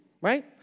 right